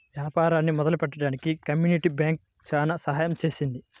వ్యాపారాన్ని మొదలుపెట్టడానికి community bank చాలా సహాయం చేసింది